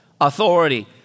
authority